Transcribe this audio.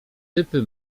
typy